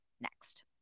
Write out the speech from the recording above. next